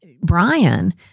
brian